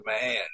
man